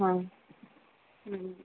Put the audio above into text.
হ্যাঁ হুম